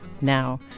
Now